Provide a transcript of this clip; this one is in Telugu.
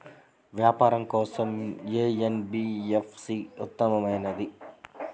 వ్యాపారం కోసం ఏ ఎన్.బీ.ఎఫ్.సి ఉత్తమమైనది?